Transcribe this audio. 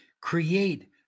create